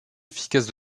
efficace